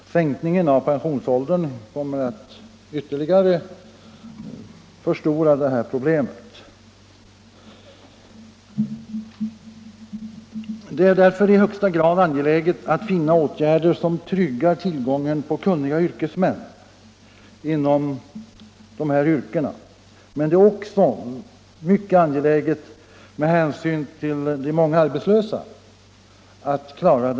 Sänkningen av pensionsåldern kommer ytterligare att förstora det här problemet. Det är därför i högsta grad angeläget att vidta åtgärder som tryggar tillgången på kunniga yrkesmän inom dessa yrken. Men det är också angeläget att lösa detta problem med hänsyn till de många arbetslösa.